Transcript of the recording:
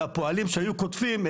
והפועלים שהיו קוטפים,